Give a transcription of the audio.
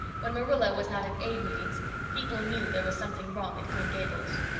when marilla was not at aid meeting people knew there was something wrong at green gables.